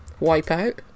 Wipeout